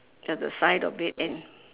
at the side of it and